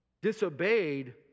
disobeyed